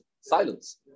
silence